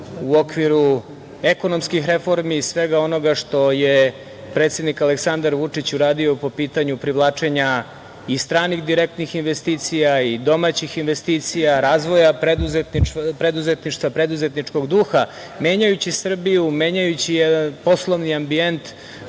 u okviru ekonomskih reformi i svega onoga što je predsednik Aleksandar Vučić uradio po pitanju privlačenja i stranih direktnih investicija i domaćih investicija, razvoja preduzetništva, preduzetničkog duha, menjajući Srbiju, menjajući jedan poslovni ambijent